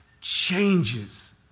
changes